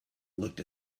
looked